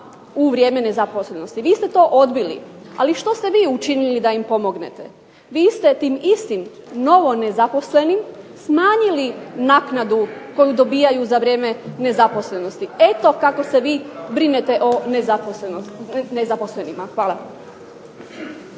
u vrijeme nezaposlenosti. Vi ste to odbili. Ali što ste vi učinili da im pomognete? Vi ste tim istim novo nezaposlenim smanjili naknadu koju dobijaju za vrijeme nezaposlenosti. Eto kako se vi brinete o nezaposlenima. Hvala.